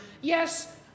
yes